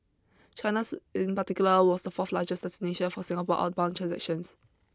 China's in particular was the fourth largest destination for Singapore outbound transactions